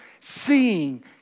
seeing